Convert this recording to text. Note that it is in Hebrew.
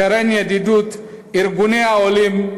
קרן הידידות וארגוני העולים,